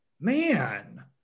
man